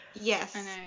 yes